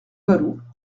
vallaud